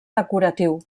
decoratiu